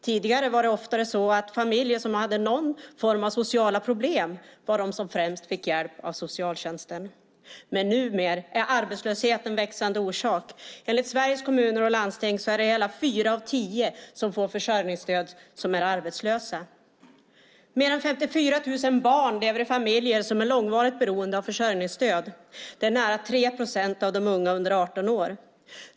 Tidigare var det oftare så att familjer som hade någon form av sociala problem var de som främst fick hjälp av socialtjänsten. Men numera är arbetslösheten en växande orsak. Enligt Sveriges Kommuner och Landsting är hela fyra av tio av dem som får försörjningsstöd arbetslösa. Mer än 54 000 barn lever i familjer som är långvarigt beroende av försörjningsstöd. Det är nära 3 procent av de unga under 18 år.